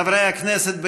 חברי הכנסת,